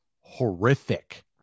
horrific